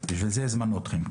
בשביל זה הזמנו אתכם.